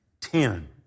Ten